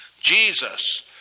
Jesus